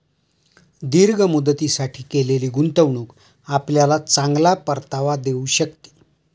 दीर्घ मुदतीसाठी केलेली गुंतवणूक आपल्याला चांगला परतावा देऊ शकते